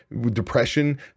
depression